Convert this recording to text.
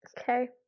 Okay